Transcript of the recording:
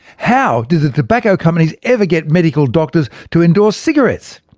how did the tobacco companies ever get medical doctors to endorse cigarettes?